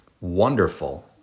wonderful